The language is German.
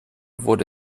wurde